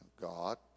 God